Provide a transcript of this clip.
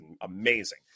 amazing